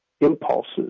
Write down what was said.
impulses